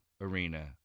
arena